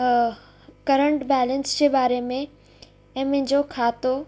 current balance जे बारे में ऐं मुंहिंजो खातो